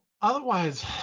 Otherwise